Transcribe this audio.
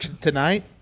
tonight